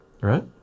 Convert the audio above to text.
right